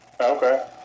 Okay